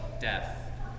death